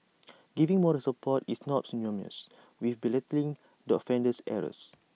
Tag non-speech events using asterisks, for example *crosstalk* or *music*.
*noise* giving moral support is not synonymous with belittling the offender's errors